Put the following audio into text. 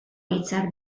hitzak